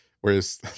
whereas